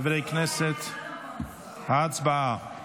הצבעה.